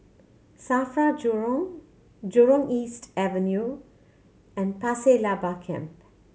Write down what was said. SAFRA Jurong Jurong East Avenue and Pasir Laba Camp